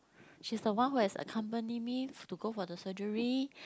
she's the one who has accompany me to go for the surgery